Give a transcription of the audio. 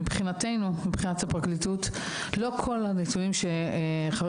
מבחינת הפרקליטות לא כל הנתונים שחבר